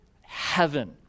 heaven